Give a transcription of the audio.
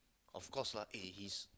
of course nothing it is